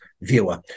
viewer